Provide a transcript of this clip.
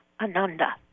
Ananda